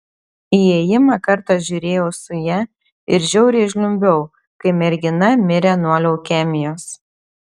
įėjimą kartą žiūrėjau su ja ir žiauriai žliumbiau kai mergina mirė nuo leukemijos